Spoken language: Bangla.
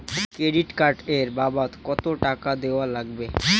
ক্রেডিট কার্ড এর বাবদ কতো টাকা দেওয়া লাগবে?